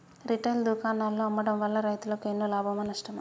Retail దుకాణాల్లో అమ్మడం వల్ల రైతులకు ఎన్నో లాభమా నష్టమా?